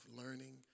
learning